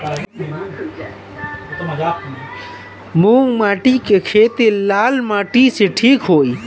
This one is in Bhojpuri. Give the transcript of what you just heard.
मूंग के खेती लाल माटी मे ठिक होई?